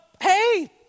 Hey